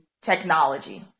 technology